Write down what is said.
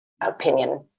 opinion